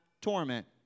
torment